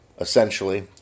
essentially